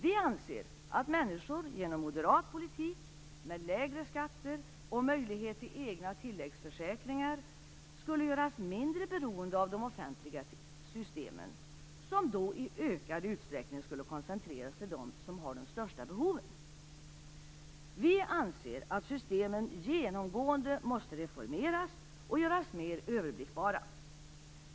Vi anser att människor genom moderat politik med lägre skatter och möjlighet till egna tilläggsförsäkringar skulle göras mindre beroende av de offentliga systemen, som då i ökad utsträckning skulle koncentreras till dem som har de största behoven. Vi anser att systemen genomgående måste reformeras och göras mer överblickbara.